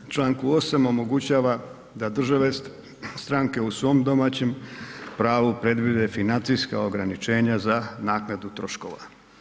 U Članku 8. omogućava da države stranke u svom domaćem pravu predvide financijska ograničenja za naknadu troškova.